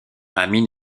amin